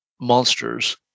Monsters